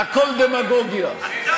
דמגוגיה בגרוש.